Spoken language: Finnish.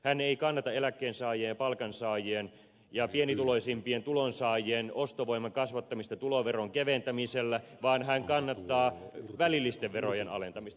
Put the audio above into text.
hän ei kannata eläkkeensaajien ja palkansaajien ja pienituloisimpien tulonsaajien ostovoiman kasvattamista tuloveron keventämisellä vaan hän kannattaa välillisten verojen alentamista